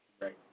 Right